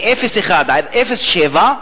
מ-01 עד 07,